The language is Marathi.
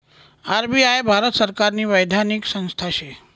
आर.बी.आय भारत सरकारनी वैधानिक संस्था शे